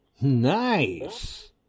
Nice